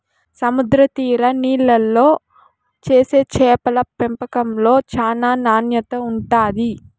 సముద్ర తీర నీళ్ళల్లో చేసే చేపల పెంపకంలో చానా నాణ్యత ఉంటాది